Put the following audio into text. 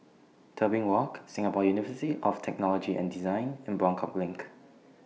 Tebing Walk Singapore University of Technology and Design and Buangkok LINK